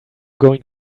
going